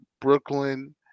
Brooklyn